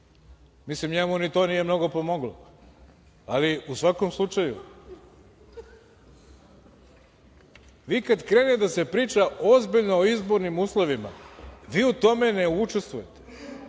Radulović. Njemu ni to nije mnogo pomoglo, ali u svakom slučaju vi kad krene da se priča ozbiljno o izbornim uslovima, vi u tome ne učestvujete